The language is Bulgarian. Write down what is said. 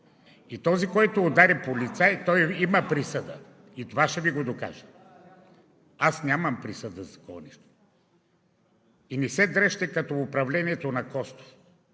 И този, който удари полицай, той има присъда и това ще Ви го докажа. Аз нямам присъда за такова нещо. И не се дръжте като управлението на Костов.